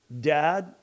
dad